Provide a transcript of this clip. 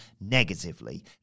negatively